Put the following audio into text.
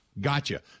Gotcha